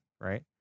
right